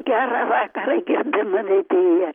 gerą vakarą gerbiama vedėja